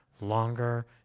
longer